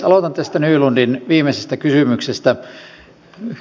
aloitan tästä nylundin viimeisestä kysymyksestä